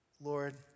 Lord